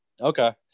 Okay